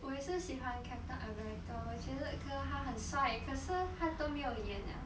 我也是喜欢 captain america 我觉得可是他很帅可是他都没有演了